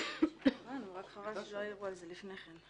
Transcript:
חבל שלא העירו על זה לפני כן.